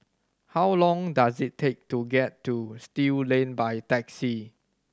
how long does it take to get to Still Lane by taxi